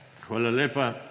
Hvala lepa.